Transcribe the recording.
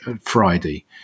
friday